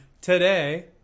today